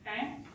Okay